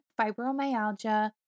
fibromyalgia